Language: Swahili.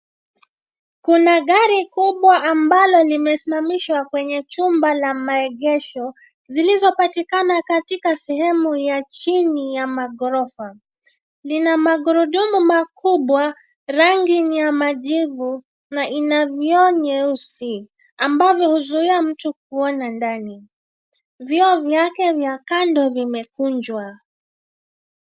Kuna gari kubwa ambalo limesimamishwa kwenye chumba la maegesho zilizopatikana katika sehemu ya chini ya maghorofa. Lina magurudumu makubwa, rangi ni ya majivu, na ina vioo nyeusi ambavyo huzuia mtu kuona ndani. Vioo vyake vya kando vimekunjwa.